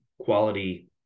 quality